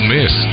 Miss